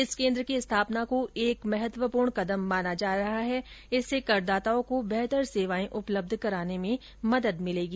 इस केन्द्र की स्थापना को एक महत्वपूर्ण कदम माना जा रहा है इससे करदाताओं को बेहतर सेवाएं उपलब्ध कराने में मदद मिलेगी